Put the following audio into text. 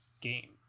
game